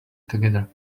together